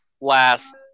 last